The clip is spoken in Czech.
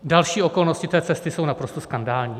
Další okolnosti té cesty jsou naprosto skandální.